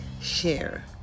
share